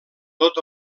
tot